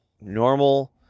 normal